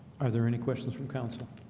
are there any questions from council?